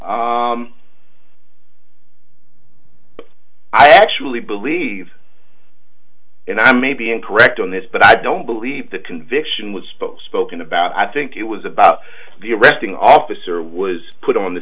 not i actually believe and i may be incorrect on this but i don't believe that conviction was not spoken about i think it was about the arresting officer was put on the